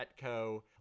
Petco